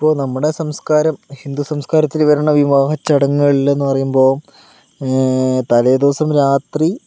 ഇപ്പോൾ നമ്മുടെ സംസ്കാരം ഹിന്ദു സംസ്കാരത്തിൽ വര്ണ വിവാഹ ചടങ്ങുകളിൽ ന്ന് പറയുമ്പോൾ തലേദിവസം രാത്രി